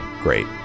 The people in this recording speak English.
Great